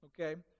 okay